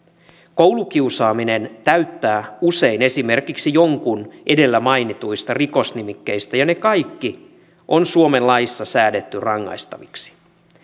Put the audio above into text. koulukiusaaminen täyttää usein esimerkiksi jonkun edellä mainituista rikosnimikkeistä ja ne kaikki on suomen laissa säädetty rangaistaviksi